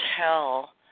tell